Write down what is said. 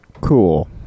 Cool